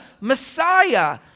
Messiah